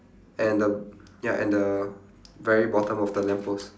and the ya and the very bottom of the lamppost